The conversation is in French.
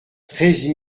treize